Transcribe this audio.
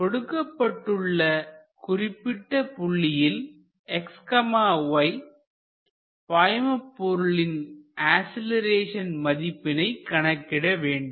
கொடுக்கப்பட்டுள்ள குறிப்பிட்ட புள்ளியில் xy பாய்மபொருளின் அசிலரேஷன் மதிப்பினை கணக்கிடவேண்டும்